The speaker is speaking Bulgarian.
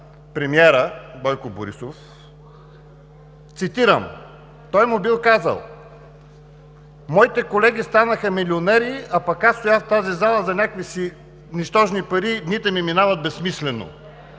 премиера Бойко Борисов той му бил казал, цитирам: „Моите колеги станаха милионери, а пък аз стоях в тази зала за някакви си нищожни пари. Дните ми минават безсмислено.“